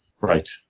Right